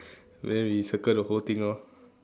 then we circle the whole thing lor